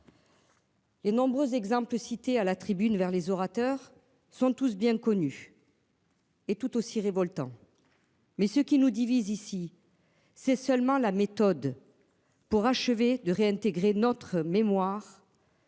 Les nombreux exemples cités à la tribune vers les orateurs sont tous bien connus. Et tout aussi révoltants. Mais ce qui nous divise ici. C'est seulement la méthode. Pour achever de réintégrer notre mémoire.